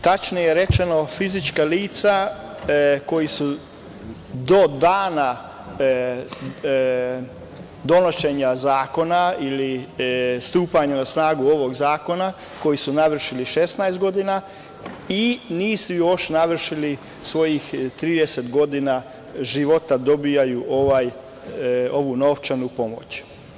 Tačnije rečeno, fizička lica koja su do dana donošenja zakona ili stupanja na snagu ovog zakona, koji su navršili 16 godina i nisu još navršili svojih 30 godina života, dobijaju ovu novčanu pomoć.